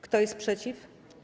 Kto jest przeciw?